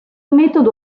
metodo